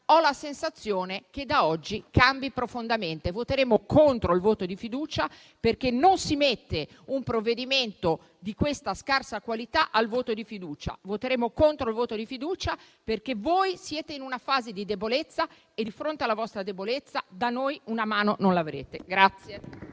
di questa maggioranza da oggi cambi profondamente. Voteremo contro la fiducia perché non si sottopone un provvedimento di così scarsa qualità al voto di fiducia. Voteremo contro la questione di fiducia, perché voi siete in una fase di debolezza e, di fronte alla vostra debolezza, da noi una mano non l'avrete.